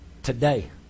Today